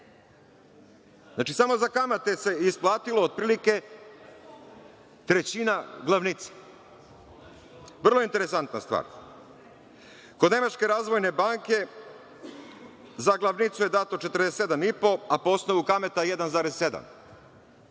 Znači, samo za kamate se isplatilo otprilike trećina glavnice. Vrlo interesantna stvar. Kod Nemačke razvojne banke za glavnicu je dato 47,5, a po osnovu kamata